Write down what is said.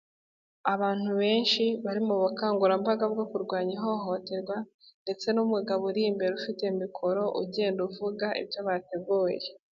Abantu benshi bari mu bukangurambaga bwo kurwanya ihohoterwa ndetse n'umugabo uri imbere ufite mikoro ugenda uvuga ibyo bateguye.